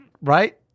Right